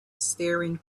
staring